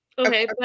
Okay